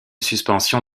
suspension